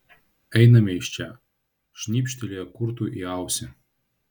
einame iš čia šnibžtelėjo kurtui į ausį